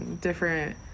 different